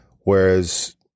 Whereas